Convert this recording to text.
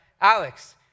Alex